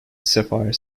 sapphire